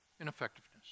ineffectiveness